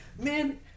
man